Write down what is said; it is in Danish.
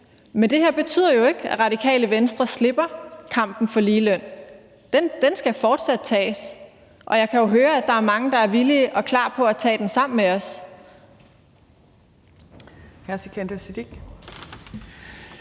Men det her betyder jo ikke, at Radikale Venstre slipper kampen for ligeløn, for den skal fortsat tages, og jeg kan jo høre, at der er mange, der er villige til og klar på at tage den sammen med os.